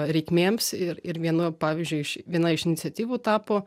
reikmėms ir ir viena pavyzdžiui iš viena iš iniciatyvų tapo